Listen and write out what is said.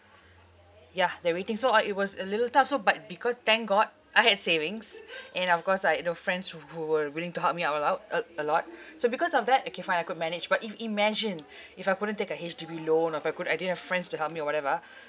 ya the rating so uh it was a little tough so but because thank god I had savings and of course like you know friends who who were willing to help me out a lot uh a lot so because of that okay fine I could manage but if imagine if I couldn't take the H_D_B loan or if I could I didn't have friends to help me or whatever